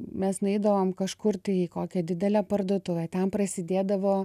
mes nueidavom kažkur tai į kokią didelę parduotuvę ten prasidėdavo